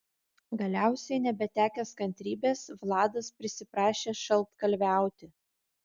galiausiai nebetekęs kantrybės vladas prisiprašė šaltkalviauti